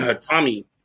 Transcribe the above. Tommy